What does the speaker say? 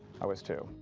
i was, too.